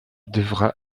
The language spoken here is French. devra